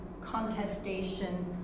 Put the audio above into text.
contestation